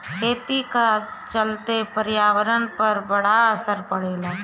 खेती का चलते पर्यावरण पर बड़ा असर पड़ेला